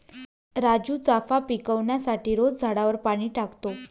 राजू चाफा पिकवण्यासाठी रोज झाडावर पाणी टाकतो